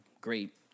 great